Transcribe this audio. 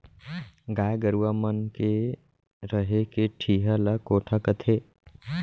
गाय गरूवा मन के रहें के ठिहा ल कोठा कथें